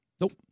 Nope